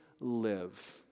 live